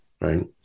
right